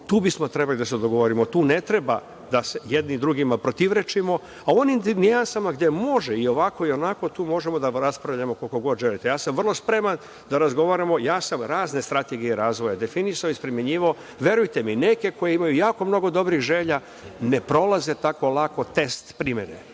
Tu bismo trebali da se dogovorimo, tu ne treba da se jedni drugima protivrečimo, a u onim nijansama gde može i ovako i onako, tu možemo da raspravljamo koliko god želite. Ja sam spreman da razgovaramo, definisao sam razne strategije razvoja i primenjivao. Verujte mi, neke koje ima jako mnogo dobrih želja ne prolaze tako lako test primene.